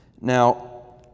Now